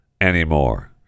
anymore